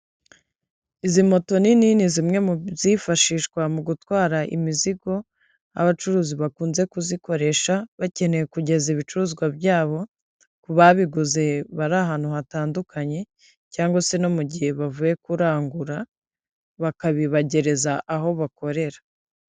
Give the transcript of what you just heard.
Izi moto nini ni zimwe mu zifashishwa mu gutwara imizigo aho abacuruzi bakunze kuzikoresha bakeneye kugeza ibicuruzwa byabo ku babiguze bari ahantu hatandukanye cyangwa se no mu gihe bavuye kurangura bakabibagereza aho bakorera.